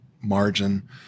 margin